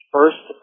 First